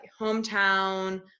hometown